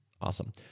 Awesome